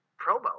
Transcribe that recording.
promo